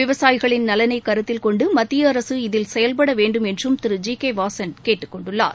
விவசாயிகளின் நலனைக் கருத்தில் கொண்டு மத்திய அரசு இதில் செயல்பட வேண்டும் என்றும் திரு ஜி கே வாசன் கேட்டுக் கொண்டுள்ளார்